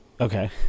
Okay